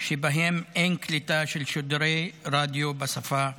שבהם אין קליטה של שידורי רדיו בשפה הערבית",